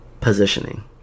positioning